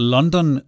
London